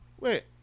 Wait